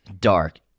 Dark